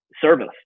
service